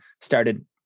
started